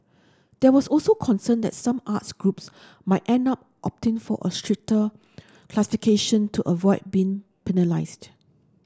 there was also concern that some arts groups might end up opting for a stricter classification to avoid being penalised